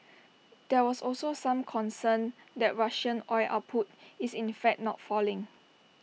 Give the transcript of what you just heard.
there was also some concern that Russian oil output is in fact not falling